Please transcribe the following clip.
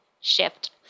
shift